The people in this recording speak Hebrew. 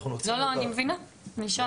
אני מבינה, רק שאלתי.